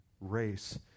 race